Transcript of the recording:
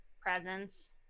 presence